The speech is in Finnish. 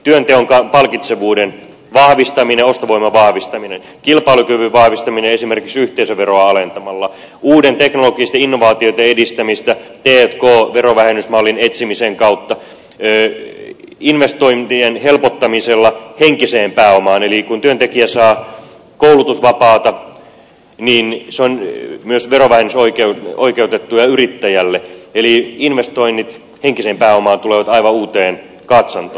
työnteon palkitsevuuden vahvistaminen ostovoiman vahvistaminen kilpailukyvyn vahvistaminen esimerkiksi yhteisöveroa alentamalla uusien teknologisten innovaatioitten edistäminen t k verovähennysmallin etsimisen kautta investointien helpottaminen henkiseen pääomaan eli kun työntekijä saa koulutusvapaata niin se on myös verovähennysoikeutettua yrittäjälle eli investoinnit henkiseen pääomaan tulevat aivan uuteen katsantoon